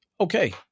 Okay